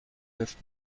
neuf